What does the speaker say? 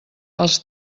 els